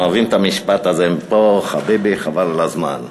אוהבים את המשפט הזה פה, חביבי, חבל על הזמן.